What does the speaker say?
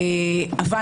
אבל